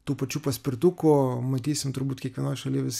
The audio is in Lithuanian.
tų pačių paspirtukų matysim turbūt kiekvienoj šaly vis